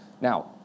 Now